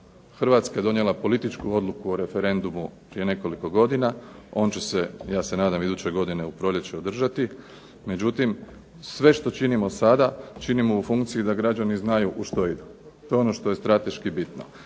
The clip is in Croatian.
Hrvatska je donijela političku odluku o referendumu prije nekoliko godina. On će se ja se nadam iduće godine u proljeće održati. Međutim, sve što činimo sada činimo u funkciji da građani znaju u što idu. To je ono što je strateški bitno